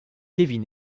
kevin